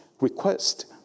request